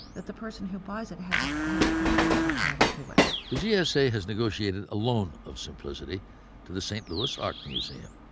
that the person who buys it has has a clear ownership title to it. osgood the gsa has negotiated a loan of simplicity to the saint louis art museum.